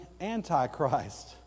Antichrist